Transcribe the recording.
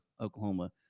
Oklahoma